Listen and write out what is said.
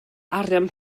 arian